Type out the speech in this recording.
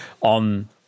on